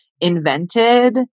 invented